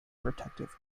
protective